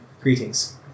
Greetings